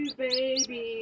baby